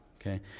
okay